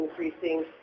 increasing